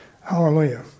Hallelujah